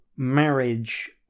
marriage